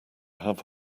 have